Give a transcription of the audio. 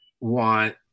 want